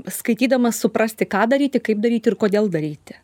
skaitydamas suprasti ką daryti kaip daryti ir kodėl daryti